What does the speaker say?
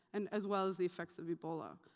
and as well as the effects of ebola.